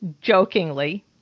Jokingly